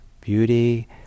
beauty